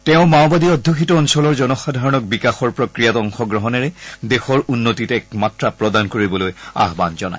তেওঁ মাওবাদী অধ্যুষিত অঞ্চলৰ জনসাধাৰণক বিকাশৰ প্ৰক্ৰিয়াত অংশগ্ৰহণেৰে দেশৰ উন্নতীত এক মাত্ৰা প্ৰদান কৰিবলৈ আহান জনায়